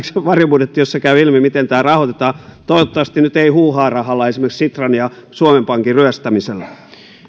varjobudjetti jossa käy ilmi miten tämä rahoitetaan toivottavasti nyt ei huuhaa rahalla esimerkiksi sitran ja suomen pankin ryöstämisellä